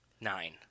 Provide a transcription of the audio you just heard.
nine